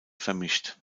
vermischt